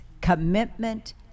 commitment